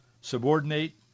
subordinate